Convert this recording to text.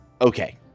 Okay